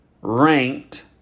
ranked